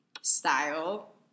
style